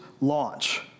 launch